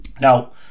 Now